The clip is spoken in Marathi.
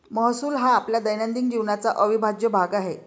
महसूल हा आपल्या दैनंदिन जीवनाचा अविभाज्य भाग आहे